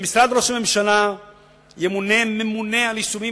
במשרד ראש הממשלה ימונה ממונה על יישומים